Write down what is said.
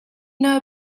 know